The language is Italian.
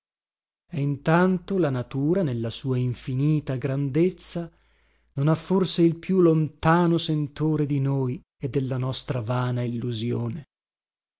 e intanto la natura nella sua infinita grandezza non ha forse il più lontano sentore di noi e della nostra vana illusione